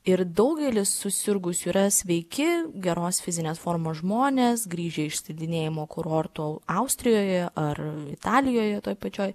ir daugelis susirgusiųjų yra sveiki geros fizinės formos žmonės grįžę iš slidinėjimo kurorto austrijoje ar italijoje toj pačioj